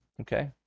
Okay